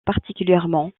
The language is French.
particulièrement